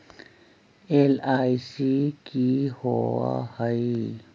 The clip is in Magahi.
एल.आई.सी की होअ हई?